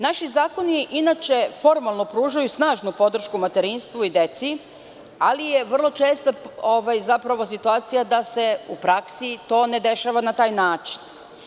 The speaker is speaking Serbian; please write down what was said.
Naši zakoni inače formalno pružaju snažnu podršku materinstvu i deci, ali je vrlo česta situacija da se u praksi to ne dešava na taj način.